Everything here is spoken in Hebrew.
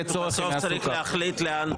צריך להחליט לאן.